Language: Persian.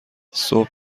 صبح